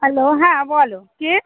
hello হ্যাঁ বলো কে